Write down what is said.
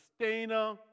sustainer